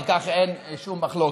על כך אין שום מחלוקת.